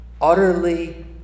utterly